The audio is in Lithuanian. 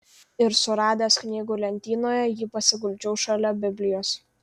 ir suradęs knygų lentynoje jį pasiguldžiau šalia biblijos